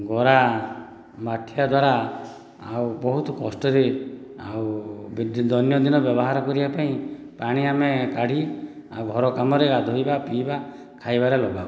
ଗରା ମାଠିଆ ଦ୍ୱାରା ଆଉ ବହୁତ କଷ୍ଟରେ ଆଉ ଦୈନନ୍ଦିନ ବ୍ୟବହାର କରିବା ପାଇଁ ପାଣି ଆମେ କାଢ଼ି ଘର କାମରେ ଗାଧୋଇବା ପିଇବା ଖାଇବାରେ ଲଗାଉ